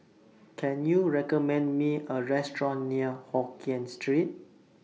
Can YOU recommend Me A Restaurant near Hokien Street